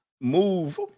move